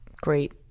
great